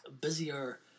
busier